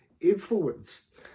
influenced